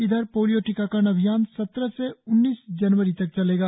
इधर पोलियो टीकाकरण अभियान सत्रह से उन्नीस जनवरी तक चलेगा